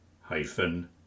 hyphen